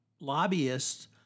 lobbyists